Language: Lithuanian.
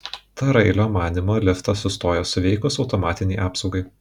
tarailio manymu liftas sustojo suveikus automatinei apsaugai